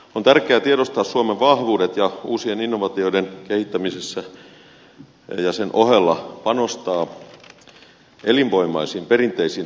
on tärkeää tiedostaa suomen vahvuudet ja uusien innovaatioiden kehittämisen ohella panostaa elinvoimaisiin perinteisiin teollisuudenaloihin